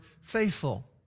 faithful